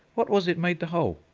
what was it made the hole?